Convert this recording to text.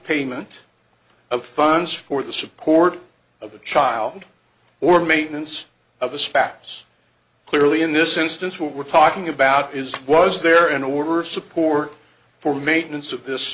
payment of funds for the support of the child or maintenance of a spouse clearly in this instance what we're talking about is was there an order of support for maintenance of th